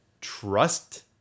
trust